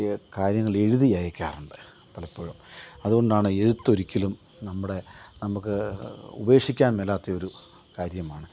കാര്യങ്ങളെഴ്തി അയക്കാറുണ്ട് പലപ്പോഴും അത്കൊണ്ടാണ് എഴുത്തൊരിക്കലും നമ്മുടെ നമുക്ക് ഉപേക്ഷിക്കാൻ മേലാത്തെയൊരു കാര്യമാണ്